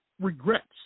regrets